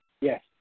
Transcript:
Yes